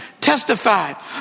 testified